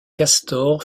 castor